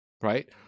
right